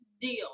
deal